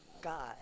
God